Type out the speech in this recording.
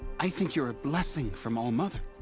i think you're a blessing from all-mother!